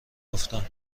گفتم